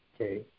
okay